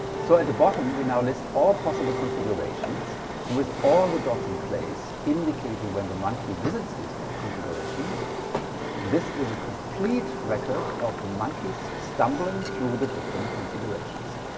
so at the bottom we now list all possible configurations and with all the dots in place, indicating when the monkey visit these configurations this is a complete record of the monkeys stumbling through the different configurations.